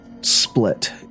split